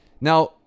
now